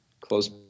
close